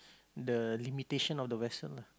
the limitation of the vessel lah